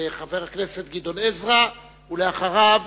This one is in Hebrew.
חבר הכנסת גדעון עזרא, ואחריו,